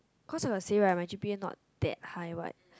cause I will say right my g_p_a not that high right